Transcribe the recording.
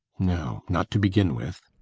no, not to begin with.